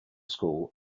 school